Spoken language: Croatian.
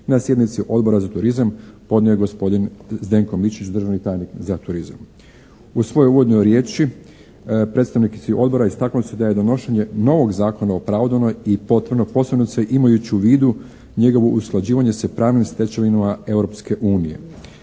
na sjednici Odbora za turizam podnio je gospodin Zdenko Mičić državni tajnik za turizam. U svojoj uvodnoj riječi predstavnici odbora istaknuli su da je donošenje novog zakona …/Govornik se ne razumije./… i potrebno posebice imajući u vidu njegovo usklađivanje sa pravnim stečevinama Europske unije.